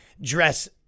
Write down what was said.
dress